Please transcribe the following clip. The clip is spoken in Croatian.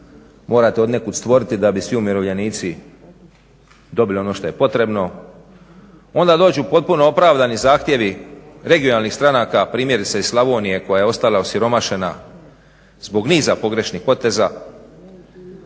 morate odnekud stvoriti da bi svi umirovljenici dobili ono što je potrebno. Onda dođu potpuno opravdani zahtjevi regionalnih stranaka, primjerice iz Slavonije koja je ostala osiromašena zbog niza pogrešnih poteza,